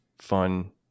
fun